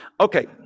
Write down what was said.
Okay